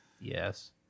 Yes